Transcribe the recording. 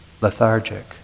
lethargic